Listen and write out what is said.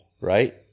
right